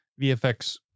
VFX